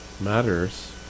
matters